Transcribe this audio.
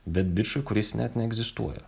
bet bičui kuris net neegzistuoja